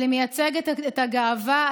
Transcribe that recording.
אבל היא מייצגת את הגאווה,